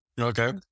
Okay